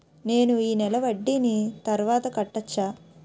నేను ఈ నెల వడ్డీని తర్వాత కట్టచా?